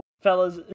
Fellas